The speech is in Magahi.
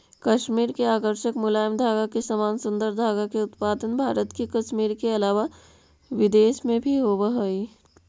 कश्मीर के आकर्षक मुलायम धागा के समान सुन्दर धागा के उत्पादन भारत के कश्मीर के अलावा विदेश में भी होवऽ हई